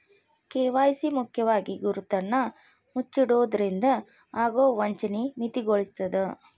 KYC ಮುಖ್ಯವಾಗಿ ಗುರುತನ್ನ ಮುಚ್ಚಿಡೊದ್ರಿಂದ ಆಗೊ ವಂಚನಿ ಮಿತಿಗೊಳಿಸ್ತದ